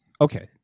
okay